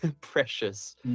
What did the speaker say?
precious